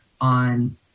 on